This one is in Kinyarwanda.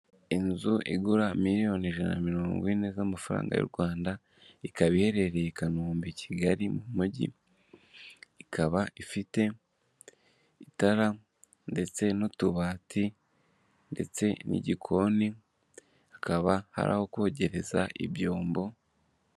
Inzu igura miliyoni ijana na mirongo ine z'amafaranga y'u Rwanda, ikaba iherereye i Kanombe Kigali mu mujyi, ikaba ifite itara ndetse n'utubati ndetse n'igikoni, hakaba hari aho kogereza ibyombo...